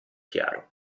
chiaro